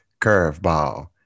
Curveball